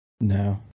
No